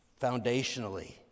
foundationally